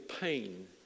pain